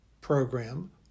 program